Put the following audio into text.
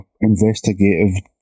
investigative